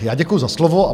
Já děkuji za slovo.